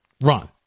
run